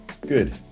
Good